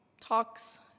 talks